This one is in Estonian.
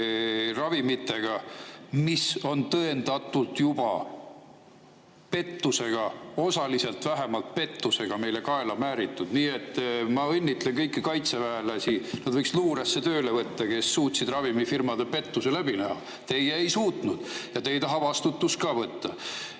ravimitega, mis on juba tõendatult pettusega, vähemalt osaliselt pettusega meile kaela määritud. Nii et ma õnnitlen kõiki kaitseväelasi – nad võiks luuresse tööle võtta –, kes suutsid ravimifirmade pettuse läbi näha. Teie ei suutnud ja te ei taha vastutust võtta.